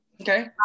Okay